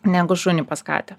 negu šunį pas katę